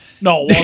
No